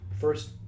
first